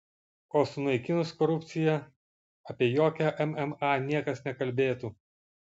o sunaikinus korupciją apie jokią mma niekas nekalbėtų